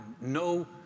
no